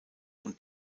und